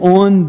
on